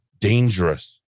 dangerous